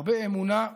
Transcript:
הרבה אמונה,